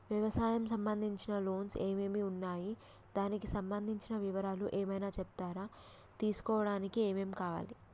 వ్యవసాయం సంబంధించిన లోన్స్ ఏమేమి ఉన్నాయి దానికి సంబంధించిన వివరాలు ఏమైనా చెప్తారా తీసుకోవడానికి ఏమేం కావాలి?